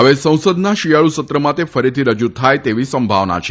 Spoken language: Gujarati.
ફવે સંસદના શિયાળુ સત્રમાં તે ફરીથી રજુ થાય તેવી સંભાવના છે